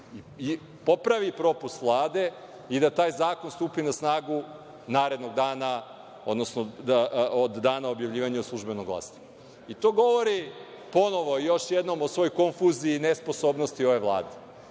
i popravi propust Vlade i da taj zakon stupi na snagu narednog dana, odnosno od dana objavljivanja u „Službenom Glasniku“. To govori ponovo još jednom o svoj konfuziji i nesposobnosti ove